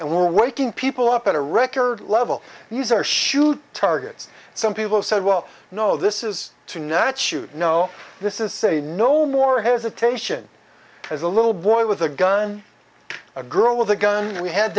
and we're waking people up at a record level user shoot targets some people said well no this is tonight shoot no this is say no more hesitation as a little boy with a gun or grow with a gun we had